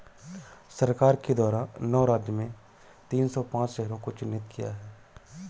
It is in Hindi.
सरकार के द्वारा नौ राज्य में तीन सौ पांच शहरों को चिह्नित किया है